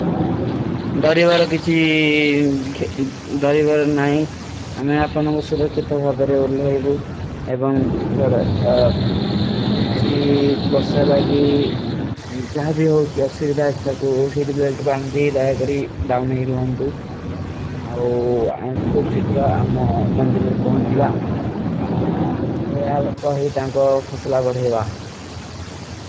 ଦରିଵର କିଛୀ ଦରିଵର ନାଈ, ଆମେଂ ଆପନା ଉସରାଖ୍ଯତା ଭାବରେ ଓଲେ ହୈଵୂ। ଏବାଂ ଥୋଡା କିଛୀ ବର୍ସା ଲାଗେ ଜାଏଵେ ହୋତୀ ଅସ୍ଵିଦାଜ୍ଟା କୋ ଓସୀଡିବ୍ଲେଂଟ ବାନତୀ, ଦାଏକରୀ ଡାଉନେ ହୀ ରୁହାଂ ତୂ।